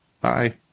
Bye